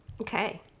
okay